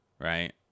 right